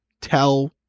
tell